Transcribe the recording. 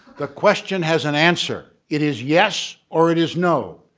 the question has an answer, it is yes. or it is no.